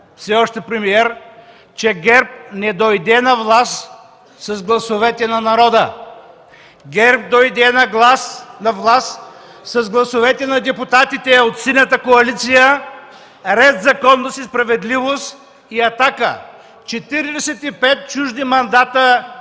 все още премиер, че ГЕРБ не дойде на власт с гласовете на народа. ГЕРБ дойде на власт с гласовете на депутатите от Синята коалиция, „Ред, законност и справедливост” и „Атака” – 45 чужди мандата